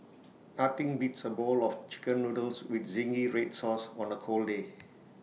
nothing beats A bowl of Chicken Noodles with Zingy Red Sauce on A cold day